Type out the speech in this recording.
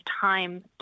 time